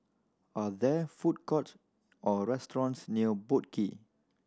are there food courts or restaurants near Boat Quay